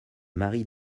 marie